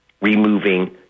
removing